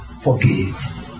forgive